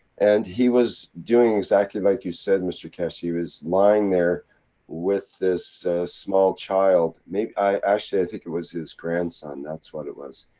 and he was doing exactly like you said mr keshe, he was lying there with this small child mayb. i actually, i think it was his grandson, that's what it was.